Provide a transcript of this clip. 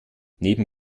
neben